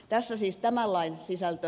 tässä siis tämän lain sisältö